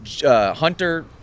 Hunter